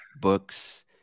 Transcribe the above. books